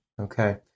Okay